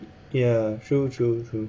ya true true true